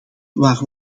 waar